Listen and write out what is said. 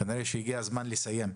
כנראה הגיע הזמן לסיים.